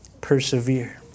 persevere